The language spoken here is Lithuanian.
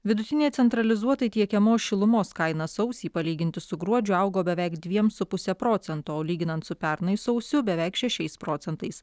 vidutinė centralizuotai tiekiamos šilumos kaina sausį palyginti su gruodžiu augo beveik dviem su puse procento lyginant su pernai sausiu beveik šešiais procentais